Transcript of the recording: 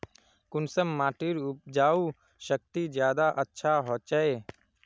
कुंसम माटिर उपजाऊ शक्ति ज्यादा अच्छा होचए?